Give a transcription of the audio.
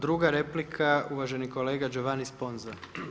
Druga replika, uvaženi kolega Giovanni Sponza.